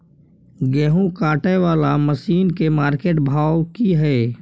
गेहूं काटय वाला मसीन के मार्केट भाव की हय?